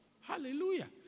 Hallelujah